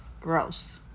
gross